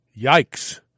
Yikes